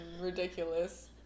ridiculous